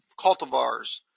cultivars